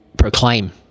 proclaim